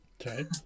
Okay